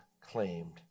claimed